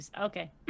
Okay